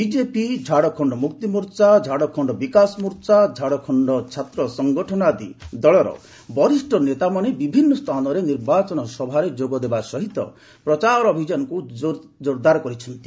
BJP Jharkhand Mukti Morcha Jharkhand Vikas Morcha Jharkhand Chhatra Sangathan ଆଦି ଦଳର ବରିଷ୍ଠ ନେତାମାନେ ବିଭିନ୍ନ ସ୍ଥାନରେ ନିର୍ବାଚନ ସଭାରେ ଯୋଗ ଦେବା ସହ ପ୍ରଚାର ଅଭିଯାନକୁ ଜୋର୍ଦାର୍ କରିଛନ୍ତି